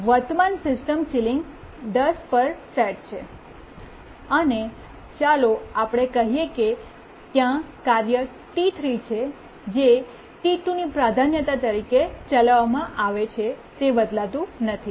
વર્તમાન સિસ્ટમની સીલીંગ 10 પર સેટ છે અને ચાલો આપણે કહીએ કે ત્યાં કાર્ય T3 છે જે T2 ની પ્રાધાન્યતા તરીકે ચલાવવામાં આવે છે તે બદલાતું નથી